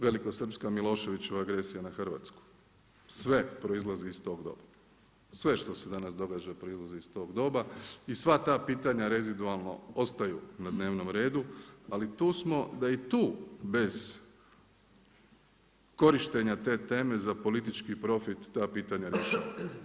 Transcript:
Velikosrpska Miloševićeva agresija na Hrvatsku, sve proizlazi iz tog doba, sve što se danas događa proizlazi iz tog doba i sva ta pitanja rezidualno ostaju na dnevnom redu ali i tu smo da i tu bez korištenja te teme za politički profit ta pitanja rješavamo.